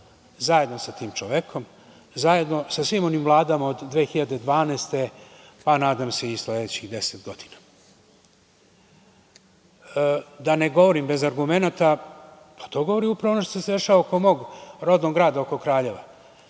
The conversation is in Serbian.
zajedno sa tim čovekom, zajedno sa svim onim vladama od 2012. godine, pa nadam se i sledećih 10 godina. Da ne govorim bez argumenata, pa to govori upravo ono što se dešava oko mog rodnog grada, oko Kraljeva.